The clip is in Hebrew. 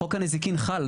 חוק הנזיקין חל.